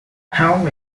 hell